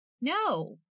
No